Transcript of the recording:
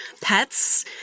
pets